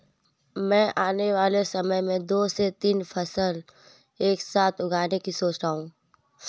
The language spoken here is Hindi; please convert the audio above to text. मैं आने वाले समय में दो से तीन फसल एक साथ उगाने की सोच रहा हूं